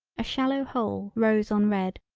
a shallow hole rose on red,